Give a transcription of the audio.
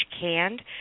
canned